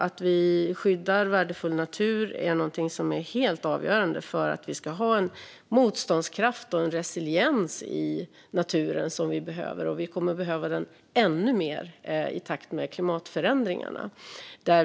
Att vi skyddar värdefull natur är helt avgörande för att vi ska ha den motståndskraft och den resiliens i naturen som vi behöver. Vi kommer att behöva detta ännu mer i takt med klimatförändringarna.